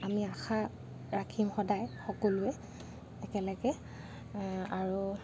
আমি আশা ৰাখিম সদায় সকলোৱে একেলগে আৰু